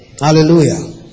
Hallelujah